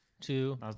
two